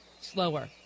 slower